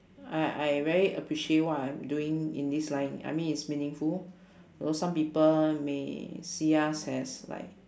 I I very appreciate what I am doing in this line I mean it's meaningful though some people may see us as like